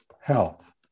health